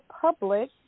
public